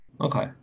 Okay